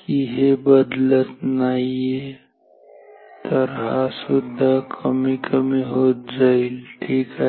की हे बदलत नाहीये तर हा सुद्धा कमी कमी होत जाईल ठीक आहे